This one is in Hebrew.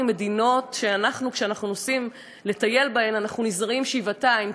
ממדינות שכשאנחנו נוסעים לטייל בהן אנחנו נזהרים שבעתיים,